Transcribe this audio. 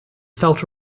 felt